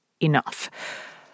enough